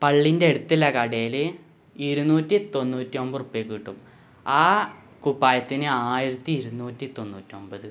പള്ളീൻ്റടുത്തുള്ള കടയില് ഇരുന്നൂറ്റി തൊണ്ണൂറ്റി ഒന്പത് ഉറുപ്പ്യക്ക് കിട്ടും ആ കുപ്പായത്തിന് ആയിരത്തി ഇരുന്നൂറ്റി തൊണ്ണൂറ്റി ഒന്പത്